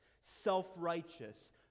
self-righteous